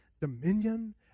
dominion